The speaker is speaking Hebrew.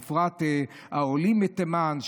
בפרט העולים מתימן.